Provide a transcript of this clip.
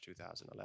2011